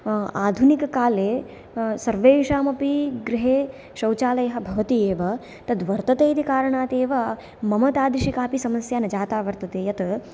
आधुनिककाले सर्वेषामपि गृहे शौचालयः भवति एव तत् वर्तते इति कारणात् एव मम तादृशी काऽपि समस्या न जाता वर्तते यत्